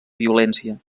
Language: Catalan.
violència